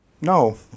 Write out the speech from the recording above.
no